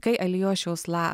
kai alijošiaus la